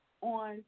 on